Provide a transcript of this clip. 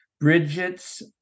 Bridget's